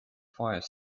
fire